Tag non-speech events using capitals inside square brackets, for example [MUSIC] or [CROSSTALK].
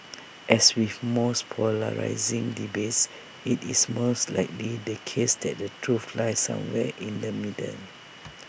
[NOISE] as with most polarising debates IT is most likely the case that the truth lies somewhere in the middle